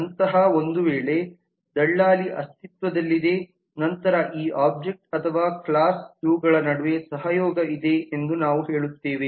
ಅಂತಹ ಒಂದು ವೇಳೆ ದಳ್ಳಾಲಿ ಅಸ್ತಿತ್ವದಲ್ಲಿದೆ ನಂತರ ಈ ಆಬ್ಜೆಕ್ಟ್ ಅಥವಾ ಕ್ಲಾಸ್ ಇವುಗಳ ನಡುವೆ ಸಹಯೋಗವಿದೆ ಎಂದು ನಾವು ಹೇಳುತ್ತೇವೆ